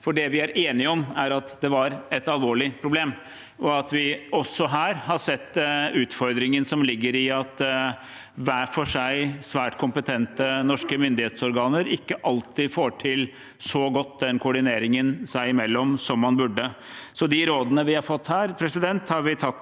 Det vi er enige om, er at det var et alvorlig problem, og at vi også her har sett utfordringen som ligger i at hver for seg svært kompetente norske myndighetsorganer ikke alltid får til den koordineringen seg imellom så godt som man burde. Så de rådene vi har fått her, har vi tatt